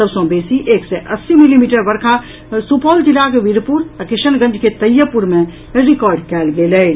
सभ सँ बेसी एक सय अस्सी मिलीमीटर वर्षा सुपौल जिलाक वीरपुर आ किशनगंज के तैयबपुर मे रिकॉर्ड कयल गेल अछि